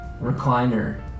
recliner